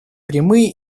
прямые